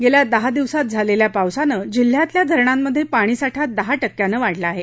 गेल्या दहा दिवसांत झालेल्या पावसानं जिल्ह्यातल्या धरणांमधे पाणीसाठा दहा टक्क्यानी वाढला आहे